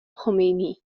خمینی